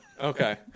Okay